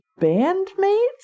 bandmates